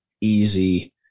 easy